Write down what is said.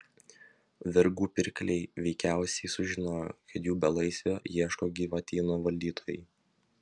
vergų pirkliai veikiausiai sužinojo kad jų belaisvio ieško gyvatyno valdytojai